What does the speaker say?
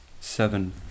seven